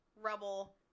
rubble